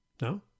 No